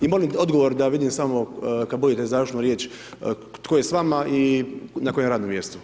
Ima li odgovor da vidim sam kad budete završnu riječ, tko je s vama i na kojem radnom mjestu?